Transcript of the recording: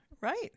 Right